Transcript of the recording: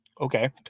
Okay